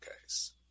case